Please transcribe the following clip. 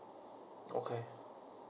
okay